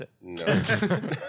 No